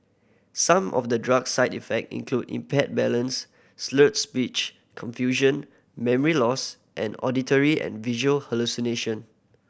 some of the drug side effect include impaired balance slurred speech confusion memory loss and auditory and visual hallucination